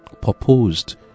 proposed